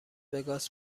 وگاس